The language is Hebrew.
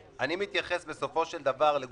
בהגדרת קרוב לא נכלל בן